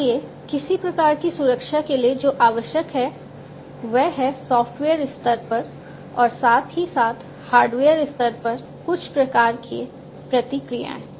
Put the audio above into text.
इसलिए किसी प्रकार की सुरक्षा के लिए जो आवश्यक है वह है सॉफ्टवेयर स्तर पर और साथ ही साथ हार्डवेयर स्तर पर कुछ प्रकार के प्रतिकृतियां